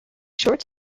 short